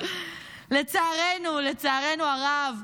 לצערנו הרב,